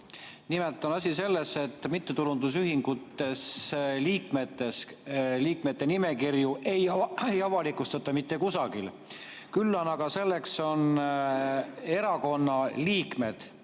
Nimelt on asi selles, et mittetulundusühingute liikmete nimekirju ei avalikustata mitte kusagil. Küll on aga selleks erakonna liikmed,